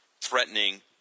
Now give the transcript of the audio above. threatening